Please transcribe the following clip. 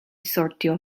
sortio